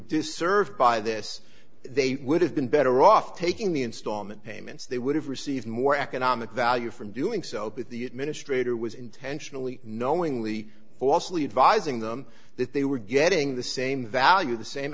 disserved by this they would have been better off taking the installment payments they would have received more economic value from doing so but the administrator was intentionally knowingly falsely advising them that they were getting the same value the same